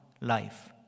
life